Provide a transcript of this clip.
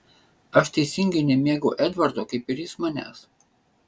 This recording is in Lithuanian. aš teisingai nemėgau edvardo kaip ir jis manęs